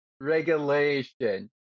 regulation